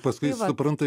paskui supranta